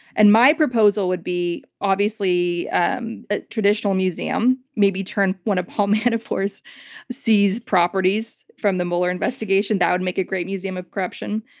and my proposal would be, obviously, um a traditional museum, maybe turn one of paul manafort's seized properties from the mueller investigation-that would make a great museum of corruption.